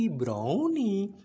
brownie